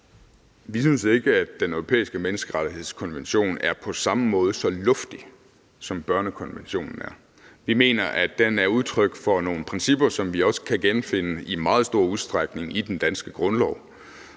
Vi synes ikke, at den europæiske menneskerettighedskonvention på samme måde er så luftig, som børnekonventionen er. Vi mener, at den er udtryk for nogle principper, som vi også kan genfinde i meget stor udstrækning i den danske grundlov.